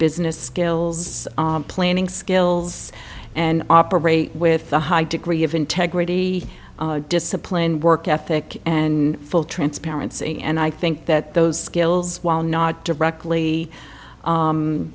business skills planning skills and operate with a high degree of integrity discipline work ethic and full transparency and i think that those skills while not directly